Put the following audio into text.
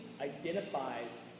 identifies